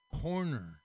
corner